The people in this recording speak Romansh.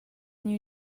gnü